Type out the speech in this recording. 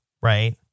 Right